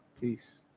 Peace